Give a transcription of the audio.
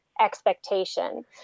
expectation